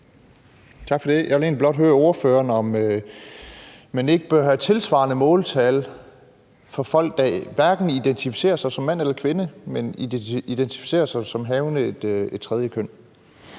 Tak for det. Jeg vil egentlig blot høre ordføreren, om man ikke bør have tilsvarende måltal for folk, der hverken identificerer sig som mand eller kvinde, men identificerer sig som havende et tredje køn.